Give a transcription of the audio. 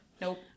Nope